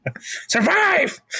Survive